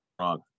wrong